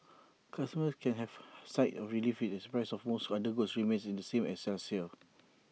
customers can heave A sigh of relief as prices of most other goods remain the same as last year's